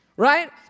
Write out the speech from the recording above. Right